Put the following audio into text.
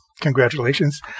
Congratulations